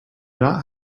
not